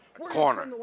corner